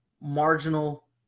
marginal